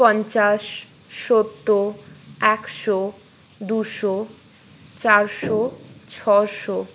পঞ্চাশ সত্তর একশো দুশো চারশো ছশো